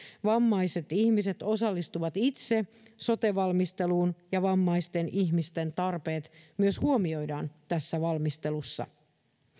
vammaiset ihmiset osallistuvat itse sote valmisteluun ja vammaisten ihmisten tarpeet myös huomioidaan tässä valmistelussa